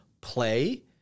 play